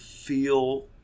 feel